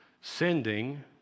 sending